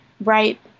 right